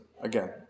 again